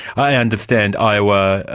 i understand iowa,